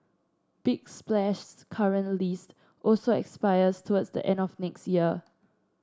big Splash's current lease also expires towards the end of next year